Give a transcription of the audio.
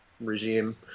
regime